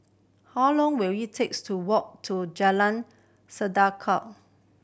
how long will it takes to walk to Jalan